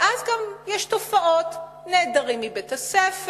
ואז יש גם תופעות: נעדרים מבית-הספר.